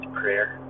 prayer